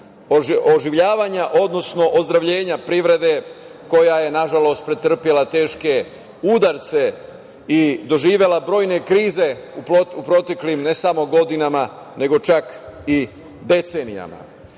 oživljavanja, odnosno ozdravljenja privrede koja je nažalost pretrpela teške udare i doživela brojne krize u proteklim, ne samo godinama, nego čak i decenijama.Međutim,